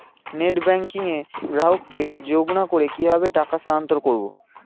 Net banking এ গ্রাহককে যোগ না করে কিভাবে টাকা স্থানান্তর করব?